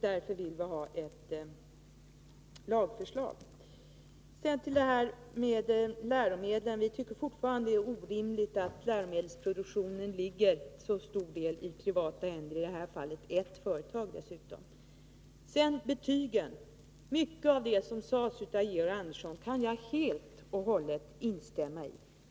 Därför vill vi ha ett lagförslag. Sedan till frågan om läromedlen. Vi tycker fortfarande att det är orimligt att en mycket stor del av läromedelsproduktionen ligger i privata händer, i detta fall hos ett företag. Vad sedan gäller betygen kan jag helt och hållet instämma i mycket av det som Georg Andersson sade.